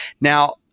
Now